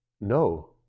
no